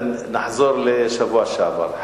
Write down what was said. נחזור לשבוע שעבר.